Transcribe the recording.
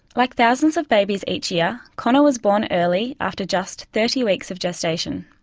like thousands of babies each year, connor was born early after just thirty weeks of gestation.